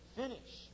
finish